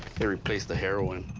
they replace the heroin.